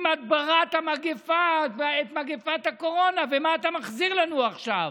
עם הדברת מגפת הקורונה, ומה אתה מחזיר לנו עכשיו?